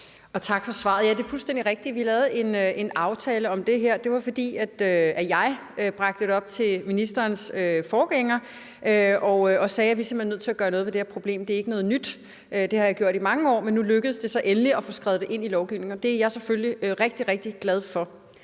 Tak for svaret. Ja, det er fuldstændig rigtigt. Vi lavede en aftale om det her. Det var, fordi jeg bragte det op til ministerens forgænger og sagde, at vi simpelt hen er nødt til at gøre noget ved det her problem. Det er ikke noget nyt. Det har jeg gjort i mange år, men nu lykkedes det så endelig at få skrevet det ind i lovgivningen, og det er jeg selvfølgelig rigtig, rigtig glad for.